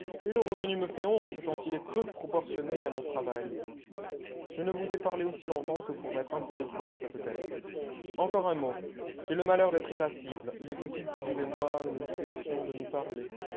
et le revenu me fait honte tant il est peu proportionné à mon travail je ne vous ai parlé aussi longtemps que pour mettre un peu de plomb dans cette tête encore un mot j'ai le malheur d'être irascible il est possible que vous et moi nous cessions de nous parler